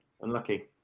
Unlucky